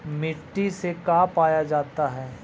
माटी से का पाया जाता है?